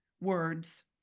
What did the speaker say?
words